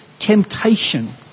temptation